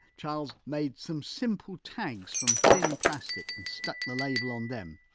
charles made some simple tags from thin plastic and stuck the label on them.